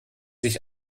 sich